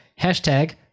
hashtag